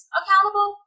accountable